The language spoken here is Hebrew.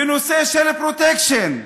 בנושא פרוטקשן,